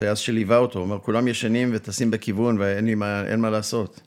הטייס שליווה אותו, הוא אומר, כולם ישנים וטסים בכיוון ואין לי, אין מה לעשות.